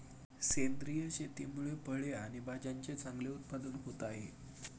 सेंद्रिय शेतीमुळे फळे आणि भाज्यांचे चांगले उत्पादन होत आहे